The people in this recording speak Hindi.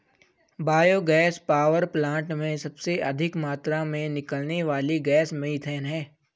बायो गैस पावर प्लांट में सबसे अधिक मात्रा में निकलने वाली गैस मिथेन है